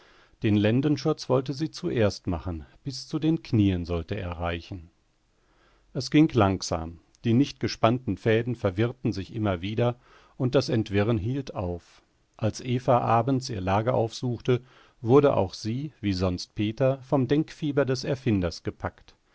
den lendenschurz wollte sie zuerst machen bis zu den knien sollte er reichen es ging langsam die nicht gespannten fäden verwirrten sich immer wieder und das entwirren hielt auf als eva abends ihr lager aufsuchte wurde auch sie wie sonst peter vom denkfieber des erfinders gepackt